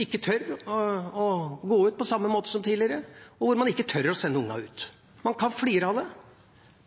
ikke tør å gå ut på samme måte som tidligere, og som ikke tør å sende ungene ut. Man kan flire av det,